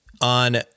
on